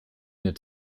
mir